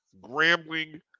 Grambling